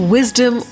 Wisdom